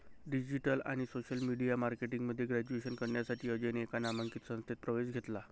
digital आणि social media marketing मध्ये graduation करण्यासाठी अजयने एका नामांकित संस्थेत प्रवेश घेतला